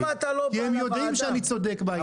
כי הם יודעים שאני צודק בעניין.